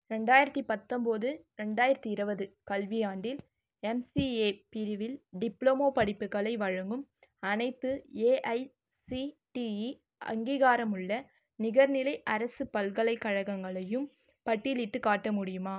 ரெண்டாயிரத்து பத்தம்போது ரெண்டாயிரத்து இருபது கல்வியாண்டில் எம்சிஏ பிரிவில் டிப்ளமோ படிப்புகளை வழங்கும் அனைத்து ஏஐசிடிஇ அங்கீகாரமுள்ள நிகர்நிலை அரசு பல்கலைக்கழகங்களையும் பட்டியலிட்டுக் காட்ட முடியுமா